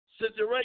situation